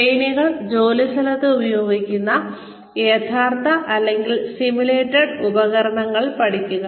ട്രെയിനികൾ ജോലിസ്ഥലത്ത് ഉപയോഗിക്കുന്ന യഥാർത്ഥ അല്ലെങ്കിൽ സിമുലേറ്റഡ് ഉപകരണങ്ങളിൽ പഠിക്കുക